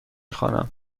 خوانم